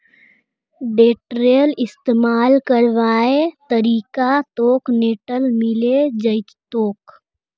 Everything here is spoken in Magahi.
टेडरेर इस्तमाल करवार तरीका तोक नेटत मिले जई तोक